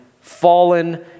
fallen